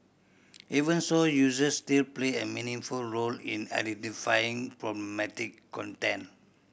even so users still play a meaningful role in identifying problematic content